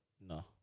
No